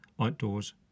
outdoors